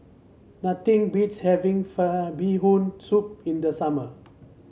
nothing beats having Bee Hoon Soup in the summer